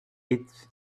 its